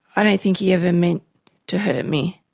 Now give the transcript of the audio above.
i don't think he ever meant to hurt me.